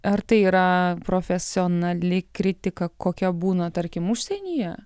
ar tai yra profesionali kritika kokia būna tarkim užsienyje